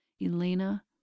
Elena